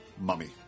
Mummy